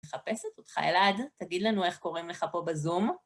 מחפשת אותך, אלעד? תגיד לנו איך קוראים לך פה בזום.